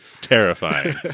terrifying